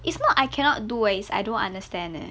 it's not I cannot do eh is I don't understand leh